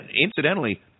Incidentally